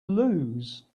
lose